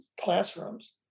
classrooms